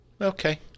okay